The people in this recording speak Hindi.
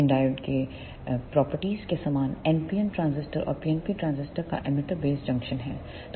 इन डायोड के गुणों के समान NPN ट्रांजिस्टर और PNP ट्रांजिस्टर का एमिटर बेस जंक्शन हैं